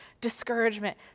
discouragement